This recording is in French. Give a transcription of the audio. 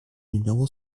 numéro